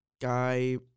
guy